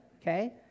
okay